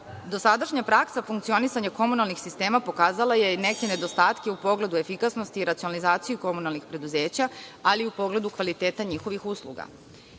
sadašnja praksa je funkcionisanja komunalnih sistema pokazala je i neke nedostatke u pogledu efikasnosti i racionalizaciju komunalnih preduzeća ali u pogledu kvaliteta njihovih usluga.